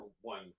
one